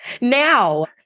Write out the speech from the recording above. Now